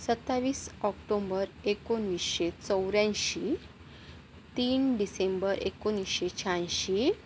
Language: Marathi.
सत्तावीस ऑक्टोंबर एकोणवीसशे चौऱ्यांशी तीन डिसेंबर एकोणिसशे शहाऐंशी